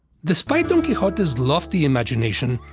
despite don quixote's lofty imagination,